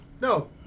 No